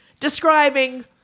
Describing